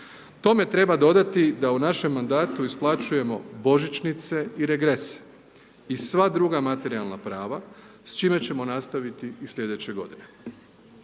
Tome treba dodati da u našem mandatu isplaćujemo božićnice i regrese i sva druga materijalna prava s čime ćemo nastaviti i slijedeće godine.